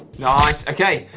nice, okay.